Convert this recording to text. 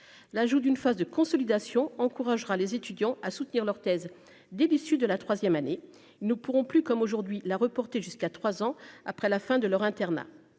l'ajout d'une phase de consolidation encouragera les étudiants à soutenir leur thèse des déçus de la troisième année, ne pourront plus comme aujourd'hui la reporté jusqu'à 3 ans après la fin de leur internat